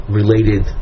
related